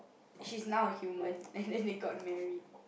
she's now a human and then they got married